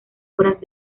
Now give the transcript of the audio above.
horas